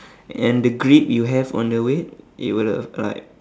and the grip you have on the weight it will have like